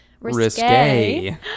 risque